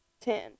ten